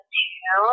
two